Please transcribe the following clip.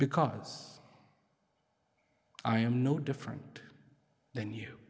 because i am no different than you